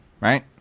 right